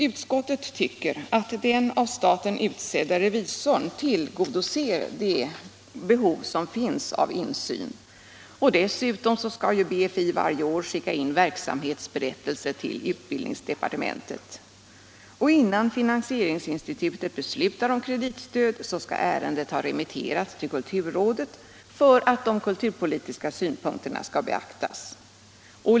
Utskottet tycker att den av staten utsedde revisorn tillgodoser behovet av insyn. Dessutom skall BFI varje år skicka in verksamhetsberättelse till utbildningsdepartementet. Innan finansieringsinstitutet beslutar om kreditstöd skall ärendet ha remitterats till kulturrådet för att de kulturpolitiska synpunkterna skall beaktas.